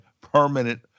permanent